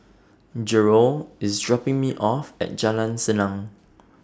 Gerold IS dropping Me off At Jalan Senang